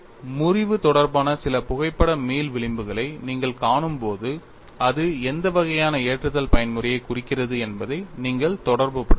முறிவு தொடர்பான சில புகைப்பட மீள் விளிம்புகளை நீங்கள் காணும்போது அது எந்த வகையான ஏற்றுதல் பயன்முறையை குறிக்கிறது என்பதை நீங்கள் தொடர்புபடுத்தலாம்